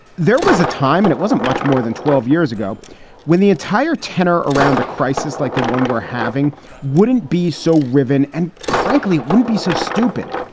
there was a time and it wasn't much more than twelve years ago when the entire tenor around a crisis like the one we're having wouldn't be so riven and frankly, wouldn't be so stupid.